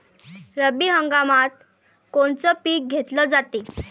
रब्बी हंगामात कोनचं पिक घेतलं जाते?